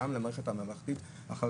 גם למערכת החינוך הממלכתית-החרדית.